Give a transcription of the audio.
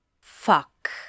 Fuck